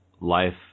life